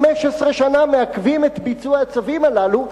15 שנה מעכבים את ביצוע הצווים הללו,